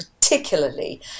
particularly